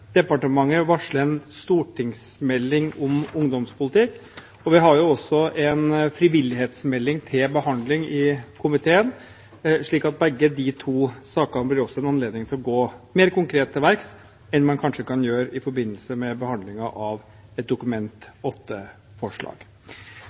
departementet varsler en stortingsmelding om ungdomspolitikk, og vi har også en frivillighetsmelding til behandling i komiteen, slik at for begge de to sakene blir det anledning til å gå mer konkret til verks enn man kanskje kan gjøre i forbindelse med behandlingen av et Dokument